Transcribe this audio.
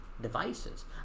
devices